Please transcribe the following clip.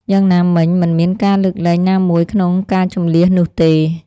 យ៉ាងណាមិញ មិនមានការលើកលែងណាមួយក្នុងការជម្លៀសនោះទេ។